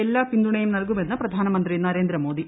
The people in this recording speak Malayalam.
എല്ലാ പിന്തുണയും നൽകുമെന്ന് പ്രധാനമന്ത്രി നരേന്ദ്രമോദി